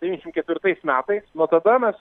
devyniasdešimt ketvirtais metais nuo tada mes